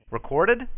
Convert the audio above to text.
Recorded